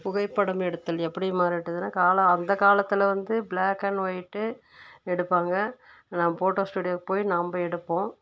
புகைப்படம் எடுத்தல் எப்படி மாறிவிட்டதுன்னா அந்த காலத்தில் வந்து ப்ளாக் அண்ட் ஒயிட்டு எடுப்பாங்க நம்ம போட்டோ ஸ்டுடியோவுக்கு போய் நாம் எடுப்போம்